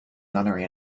nunnery